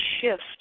shift